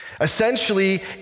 Essentially